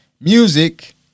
Music